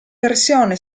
versione